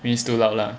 means too loud lah